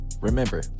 Remember